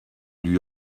lui